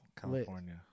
California